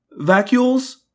vacuoles